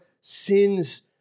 sins